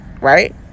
Right